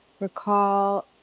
recall